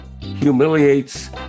humiliates